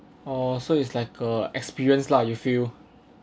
oh so it's like a experience lah you feel